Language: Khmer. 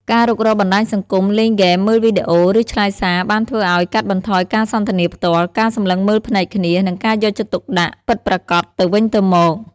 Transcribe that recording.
ការរុករកបណ្ដាញសង្គម លេងហ្គេម មើលវីដេអូ ឬឆ្លើយសារ បានធ្វើឲ្យ កាត់បន្ថយការសន្ទនាផ្ទាល់ ការសម្លឹងមើលភ្នែកគ្នា និងការយកចិត្តទុកដាក់ពិតប្រាកដទៅវិញទៅមក។